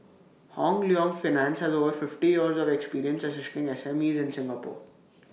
Hong Leong finance has over fifty years of experience assisting SMEs in Singapore